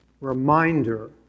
Reminder